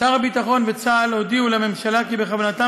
שר הביטחון וצה"ל הודיעו לממשלה כי בכוונתם